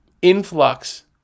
influx